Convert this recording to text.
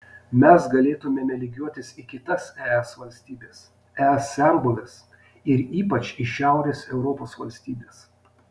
mes galėtumėme lygiuotis į kitas es valstybes es senbuves ir ypač į šiaurės europos valstybes